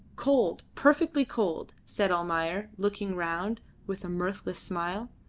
cold, perfectly cold, said almayer, looking round with a mirthless smile.